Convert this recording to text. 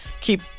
keep